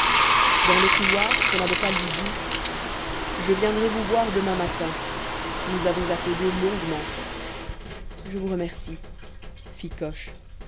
dans le couloir son avocat lui dit je viendrai vous voir demain matin nous avons à causer longuement je vous remercie